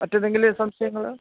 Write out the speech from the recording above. മറ്റെന്തെങ്കിലും സംശയങ്ങള്